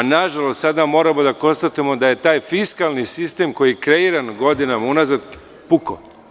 Nažalost, sada moramo da konstatujemo da je taj fiskalni sistem, koji je kreiran godinama unazad, pukao.